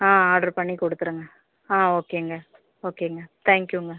ஆ order பண்ணி கொடுத்துடுங்க ஆ ஓகேங்க ஓகேங்க தேங்க்யூங்க